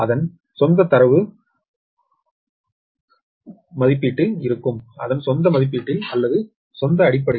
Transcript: அதன் சொந்த மதிப்பீட்டில் இருக்கும் அதன் சொந்த மதிப்பீட்டில் அல்லது சொந்த அடிப்படையில் 13